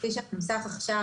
כפי שזה מנוסח עכשיו,